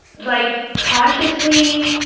like, consciously.